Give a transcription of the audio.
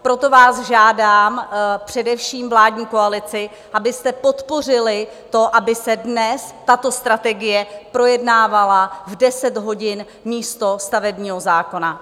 Proto vás žádám, především vládní koalici, abyste podpořili to, aby se dnes tato strategie projednávala v 10 hodin místo stavebního zákona.